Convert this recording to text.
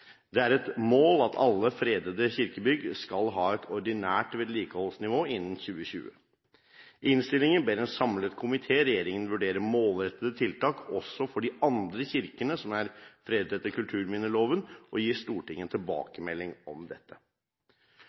Det er et mål at alle fredede kirkebygg skal ha et ordinært vedlikeholdsnivå innen 2020. I innstillingen ber en samlet komité regjeringen vurdere målrettede tiltak også for de andre kirkene som er fredet etter kulturminneloven, og gi Stortinget tilbakemelding om dette.